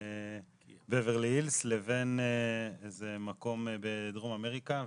בוורלי הילס לבין איזה מקום בדרום אמריקה.